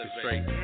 straight